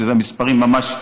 שאלה מספרים ממש,